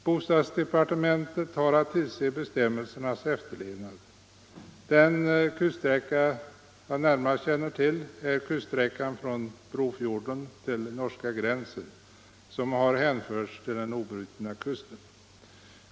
Bostadsdepartementet har att tillse bestämmelsernas efterlevnad. Den kuststräcka jag närmast känner till är kuststräckan från Brofjorden till norska gränsen, som har hänförts till den obrutna kusten.